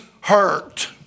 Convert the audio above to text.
hurt